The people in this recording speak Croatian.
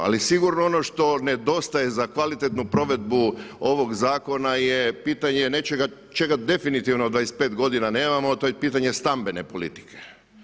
Ali sigurno ono što nedostaje za kvalitetnu provedbu ovoga zakona je pitanje nečega čega definitivno 25 godina nemamo a to je pitanje stambene politike.